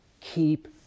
keep